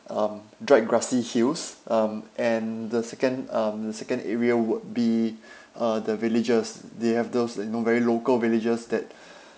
um dried grassy hills um and the second um the second area would be uh the villages they have those like you know very local villages that